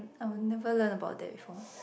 I will never learn about that before